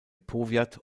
powiat